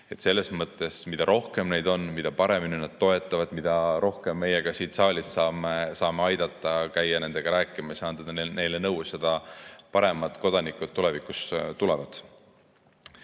on. Selles mõttes, mida rohkem neid on, mida paremini nad toetavad, mida rohkem ka meie siit saalist saame aidata, mida rohkem käiakse nendega rääkimas ja antakse neile nõu, seda paremad kodanikud tulevikus tulevad.